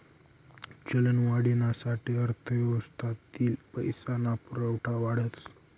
चलनवाढीना साठे अर्थव्यवस्थातील पैसा ना पुरवठा वाढस